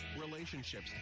relationships